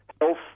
health